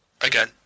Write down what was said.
again